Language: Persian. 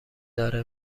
داره